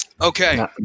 Okay